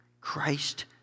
Christ